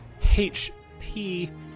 HP